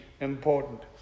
important